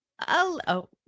Hello